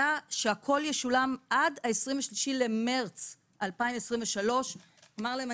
שהכול ישולם עד ה-23 במרץ 2023. הוא אמר להם,